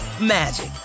magic